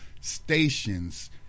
stations